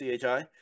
CHI